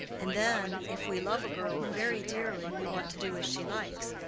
and then, if we love a girl very dearly we want to do as she likes,